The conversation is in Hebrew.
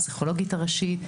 הפסיכולוגית הראשית.